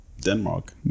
Denmark